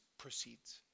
Proceeds